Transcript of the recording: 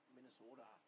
Minnesota